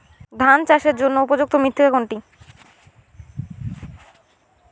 ধান চাষের জন্য উপযুক্ত মৃত্তিকা কোনটি?